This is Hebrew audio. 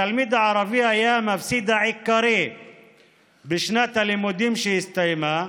התלמיד הערבי היה מפסיד העיקרי בשנת הלימודים שהסתיימה,